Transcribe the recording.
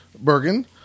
Bergen